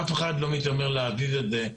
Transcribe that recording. אף אחד לא מתיימר להגיד את זה.